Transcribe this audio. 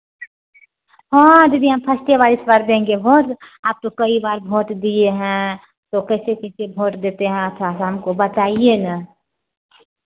हाँ दीदी हम फस्टे बार इस बार देंगे वोट आप तो कई बार वोट दिए हैं तो कैसे कैसे वोट देते हैं थोड़ा सा हमको बताइए न